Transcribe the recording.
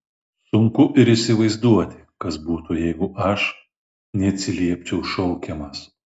sunku ir įsivaizduoti kas būtų jeigu aš neatsiliepčiau šaukiamas